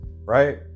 right